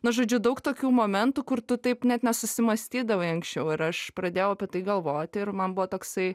na žodžiu daug tokių momentų kur tu taip net nesusimąstydavai anksčiau ir aš pradėjau apie tai galvoti ir man buvo toksai